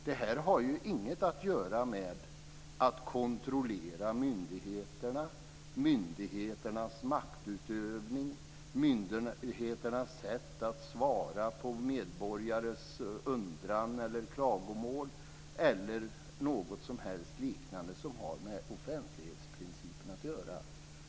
Det här har ju inget att göra med att kontrollera myndigheternas maktutövning eller deras sätt att svara på medborgares undran eller klagomål eller med något som helst liknande som har med offentlighetsprincipen att göra.